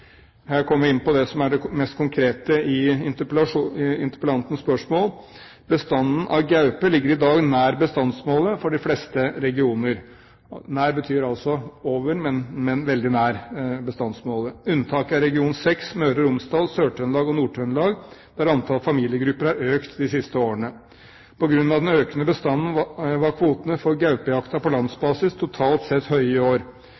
jeg komme inne på det som er det mest konkrete i interpellantens spørsmål. Bestanden av gaupe ligger i dag nær bestandsmålet for de fleste regioner – «nær» betyr altså over bestandsmålet, men veldig nær. Unntaket er region 6 – Møre og Romsdal, Sør-Trøndelag og Nord-Trøndelag – der antall familiegrupper har økt de siste årene. På grunn av den økende bestanden var kvotene for gaupejakta på landsbasis totalt sett høye i år.